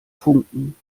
funken